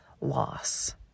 loss